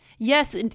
Yes